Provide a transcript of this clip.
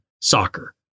soccer